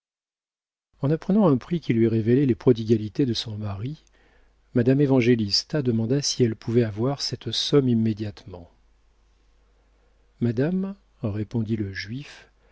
en apprenant un prix qui lui révélait les prodigalités de son mari madame évangélista demanda si elle pouvait avoir cette somme immédiatement madame répondit le juif